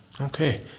Okay